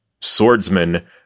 swordsman